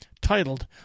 Titled